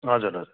हजुर हजुर